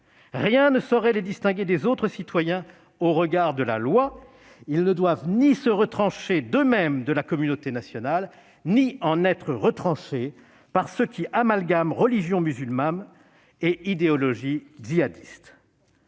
rien ne saurait les distinguer des autres citoyens au regard de la loi. Ils ne doivent ni se retrancher d'eux-mêmes de la communauté nationale ni en être retranchés par ceux qui amalgament religion musulmane et idéologie djihadiste.